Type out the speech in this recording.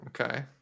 Okay